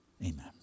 Amen